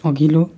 अघिल्लो